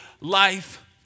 life